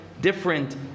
different